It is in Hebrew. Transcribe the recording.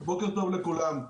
בוקר טוב לכולם.